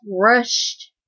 rushed